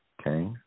okay